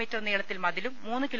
me നീളത്തിൽ മൃതിലും മൂന്ന് കി